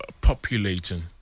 populating